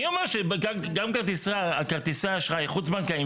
אני אומר שגם כרטיסי האשראי החוץ בנקאיים